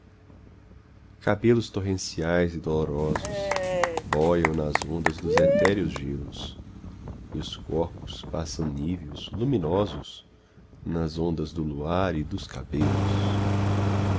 cabelos torrenciais e dolorosos bóiam nas ondas dos etéreos gelos e os corpos passam níveos luminosos nas ondas do luar e dos cabelos